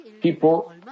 people